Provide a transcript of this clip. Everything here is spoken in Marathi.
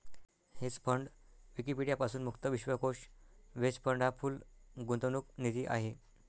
हेज फंड विकिपीडिया पासून मुक्त विश्वकोश हेज फंड हा पूल गुंतवणूक निधी आहे